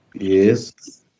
Yes